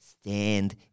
Stand